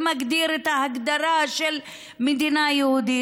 ומגדיר את ההגדרה של מדינה יהודית,